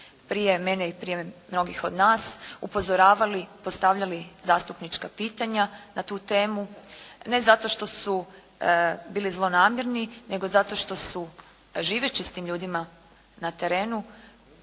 prije mene i prije mnogih od nas upozoravali, postavljali zastupnička pitanja na tu temu, ne zato što su bili zlonamjerni, nego zato što su živeći s tim ljudima na terenu